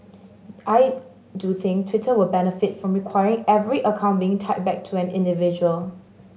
I do think Twitter would benefit from requiring every account being tied back to an individual